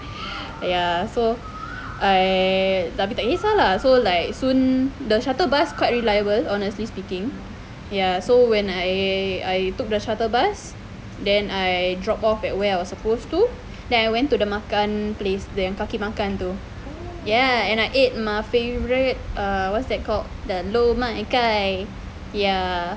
ya so I tapi tak kesah lah so like the shuttle bus quite reliable honestly speaking ya so when I took the shuttle bus then I drop off at where I was supposed to then I went to the makan place the kaki makan tu ya and I ate my favourite err what's that called the lor mai kai ya